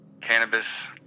cannabis